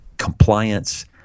compliance